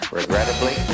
regrettably